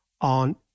on